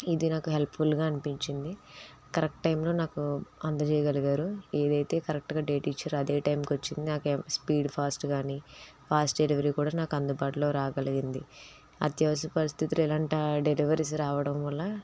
ఇది నాకు హెల్ప్ఫుల్గా అనిపించింది కరెక్ట్ టైంలో నాకు అందజేయగలిగారు ఏదైతే కరెక్ట్గా డేట్ ఇచ్చారో అదే టైంకి వచ్చింది నాకు స్పీడ్ ఫాస్ట్ కానీ ఫాస్ట్ డెలివరి కూడా నాకు అందుబాటులో రాగలిగింది అత్యవసర పరిస్థితులో ఇలాంటి డెలివరీస్ రావడం వల్ల